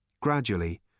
gradually